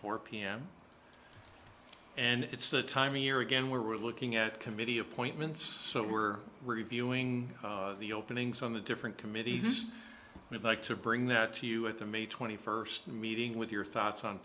four pm and it's that time of year again where we're looking at committee appointments so we're reviewing the openings on the different committees we'd like to bring that to you at the may twenty first meeting with your thoughts on